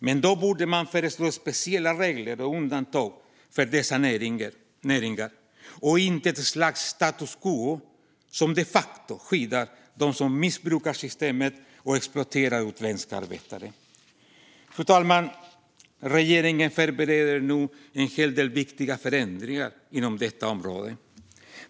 Men då borde man föreslå speciella regler och undantag för dessa näringar och inte ett slags status quo som de facto skyddar dem som missbrukar systemet och exploaterar utländska arbetare. Fru talman! Regeringen förbereder nu en hel del viktiga förändringar inom detta område.